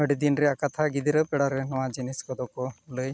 ᱟᱹᱰᱤᱫᱤᱱ ᱨᱮᱭᱟᱜ ᱠᱟᱛᱷᱟ ᱜᱤᱫᱽᱨᱟᱹ ᱵᱮᱲᱟᱨᱮ ᱱᱚᱣᱟ ᱡᱤᱱᱤᱥ ᱠᱚᱫᱚᱠᱚ ᱞᱟᱹᱭ